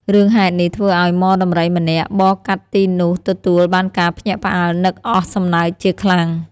រឿងហេតុនេះធ្វើឱ្យហ្មដំរីម្នាក់បរកាត់ទីនោះទទួល បានការភ្ញាក់ផ្អើលនឹកអស់សំណើចជាខ្លាំង។